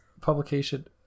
publication